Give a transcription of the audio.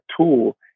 tool